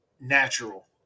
natural